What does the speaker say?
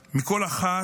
עד שנשמור על כל אחד ואחת